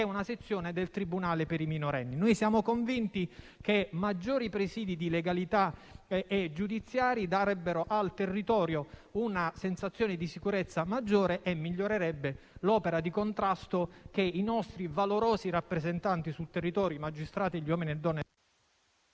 una sezione del tribunale per i minorenni. Noi siamo convinti che maggiori presidi di legalità e giudiziari darebbero al territorio una sensazione di sicurezza maggiore e migliorerebbero l'opera di contrasto che i nostri valorosi rappresentanti sul territorio, i magistrati, gli uomini e le donne,